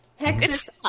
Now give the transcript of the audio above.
Texas